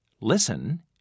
Listen